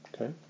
Okay